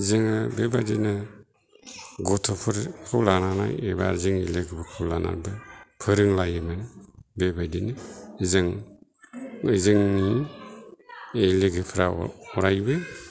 जोङो बेबादिनो गथ'फोरखौ लानानै एबा जोंनि लोगोफोरखौ लानानैबो फोरोंलायोमोन बेबादिनो जों जोंनि लोगोफ्रा अरायबो